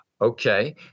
Okay